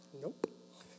Nope